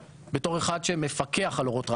בתור אחד שמפקח על אורות רבין,